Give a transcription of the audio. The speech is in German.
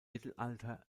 mittelalter